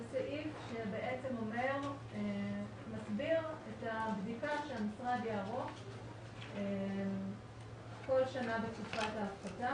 זה סעיף שמסביר את הבדיקה שהמשרד יערוך כל שנה בתקופת ההפחתה.